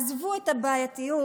עזבו את הבעייתיות